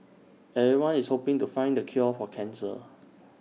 everyone is hoping to find the cure for cancer